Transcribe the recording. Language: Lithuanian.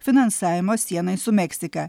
finansavimą sienai su meksika